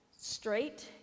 straight